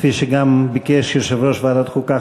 כפי שגם ביקש יושב-ראש ועדת החוקה,